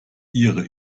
ihre